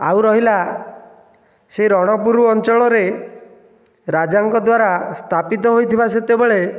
ଆଉ ରହିଲା ସେ ରଣପୁର ଅଞ୍ଚଳରେ ରାଜାଙ୍କ ଦ୍ୱାରା ସ୍ଥାପିତ ହୋଇଥିବା ସେତେବେଳେ